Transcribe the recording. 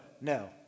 no